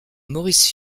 maurice